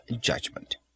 judgment